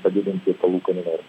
padidinta palūkanų nor